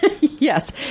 Yes